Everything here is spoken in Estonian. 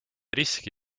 riski